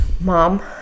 Mom